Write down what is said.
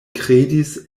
kredis